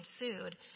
ensued